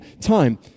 time